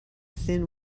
thin